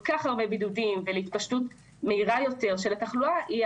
כך הרבה בידודים ולהתפשטות מהירה יותר של התחלואה היא